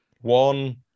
One